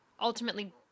ultimately